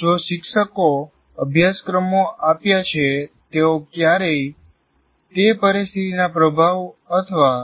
જે શિક્ષકોએ અભ્યાસક્રમો આપ્યા છે તેઓ કયારેય તે પરિસ્થિતિના પ્રભાવ અથવા